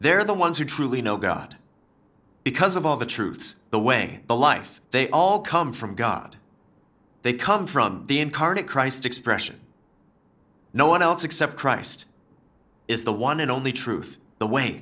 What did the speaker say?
they're the ones who truly know god because of all the truths the way the life they all come from god they come from the incarnate christ expression no one else except christ is the one and only truth the way